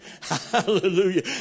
Hallelujah